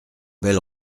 belle